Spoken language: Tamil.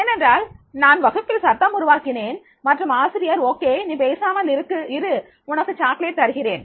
ஏனென்றால் நான் வகுப்பில் சத்தம் உருவாக்கினேன் மற்றும் ஆசிரியர் ஓகே நீ பேசாமல் இரு உனக்கு சாக்லேட் தருகிறேன்